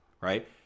right